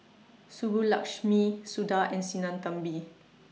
Subbulakshmi Suda and Sinnathamby